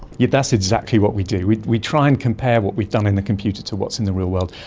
yeah that's exactly what we do. we we try and compare what we've done in the computer to what's in the real world,